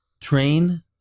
Train